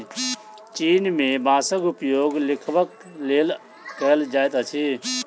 चीन में बांसक उपयोग लिखबाक लेल कएल जाइत अछि